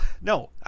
no